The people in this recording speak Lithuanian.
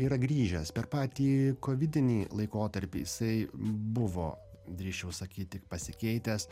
yra grįžęs per patį vidinį laikotarpį jisai buvo drįsčiau sakyt tik pasikeitęs